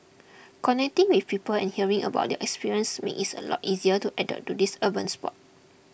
connecting with people and hearing about their experience makes its a lot easier to adapt to this urban sport